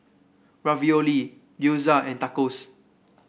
Ravioli Gyoza and Tacos